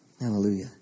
Hallelujah